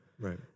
right